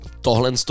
Tohle